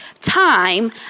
time